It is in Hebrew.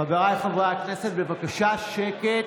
חבריי חברי הכנסת, בבקשה שקט,